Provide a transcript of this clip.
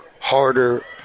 harder